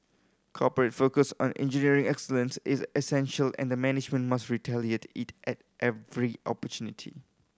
corporate focus on engineering excellence is essential and the management must reiterate it at every opportunity